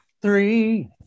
Three